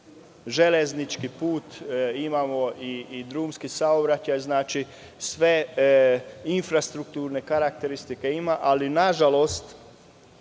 železnički put, a imamo i drumski saobraćaj, znači, sve infrastrukturne karakteristike imamo. Nažalost,